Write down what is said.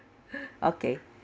okay